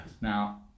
Now